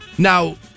Now